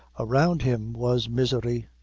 around him was misery,